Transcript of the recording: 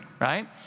right